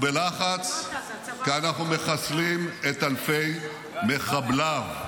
הוא בלחץ כי אנחנו מחסלים את אלפי מחבליו,